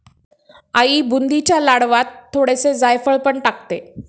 आई बुंदीच्या लाडवांत थोडेसे जायफळ पण टाकते